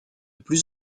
plus